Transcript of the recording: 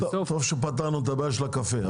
טוב שפתרנו את הבעיה של הקפה.